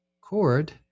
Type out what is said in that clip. chord